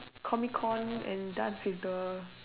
comic con and dance with the